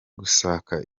gusaka